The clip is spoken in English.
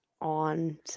on